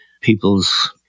people's